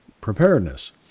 preparedness